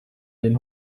den